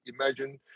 imagine